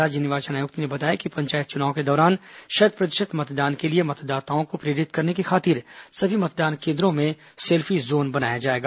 राज्य निर्वाचन आयुक्त ने बताया कि पंचायत चुनाव के दौरान शत प्रतिशत मतदान के लिए मतदाताओं को प्रेरित करने की खातिर सभी मतदान केन्द्रों में सेल्फी जोन बनाया जाएगा